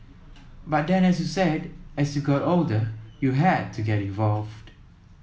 but then as you said as you got older you had to get involved